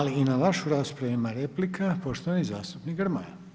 Ali i na vašu raspravu ima replika, poštovani zastupnik Grmoja.